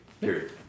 Period